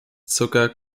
zucker